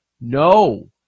No